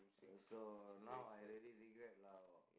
uh so now I really regret lah